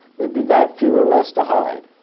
there'd be that fewer less to hide.